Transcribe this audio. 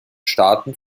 staaten